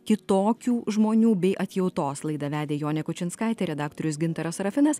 kitokių žmonių bei atjautos laidą vedė jonė kučinskaitė redaktorius gintaras sarafinas